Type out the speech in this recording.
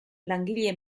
langile